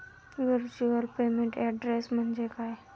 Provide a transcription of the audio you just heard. Virtual payment address म्हणजे काय?